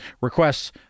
requests